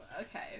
okay